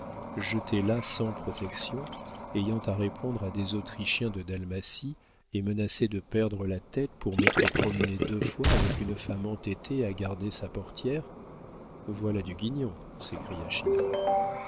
jeté là sans protection ayant à répondre à des autrichiens de dalmatie et menacé de perdre la tête pour m'être promené deux fois avec une femme entêtée à garder sa portière voilà du guignon s'écria